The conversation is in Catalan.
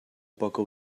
poca